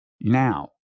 Now